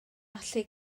allu